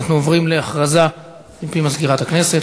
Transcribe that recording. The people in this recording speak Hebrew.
אנחנו עוברים להודעה מפי מזכירת הכנסת.